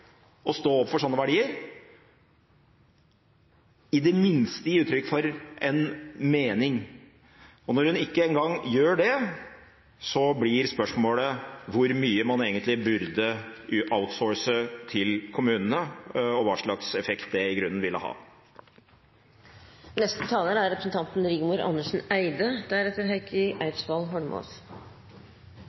å stå opp for sånne verdier – i det minste gi uttrykk for en mening. Når hun ikke engang gjør det, blir spørsmålet hvor mye man egentlig burde «outsource» til kommunene, og hva slags effekt det i grunnen ville ha. At Senterpartiet er